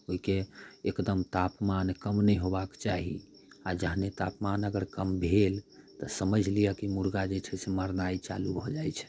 ओइके एकदम तापमान कम नहि होबाके चाही आओर जहने तापमान अगर कम भेल तऽ समझि लिऽ की मुर्गा जे छै से मरनाइ चालू भऽ जाइ छै